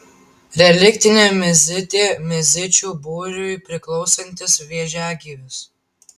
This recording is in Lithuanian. reliktinė mizidė mizidžių būriui priklausantis vėžiagyvis